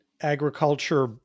agriculture